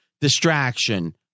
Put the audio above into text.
distraction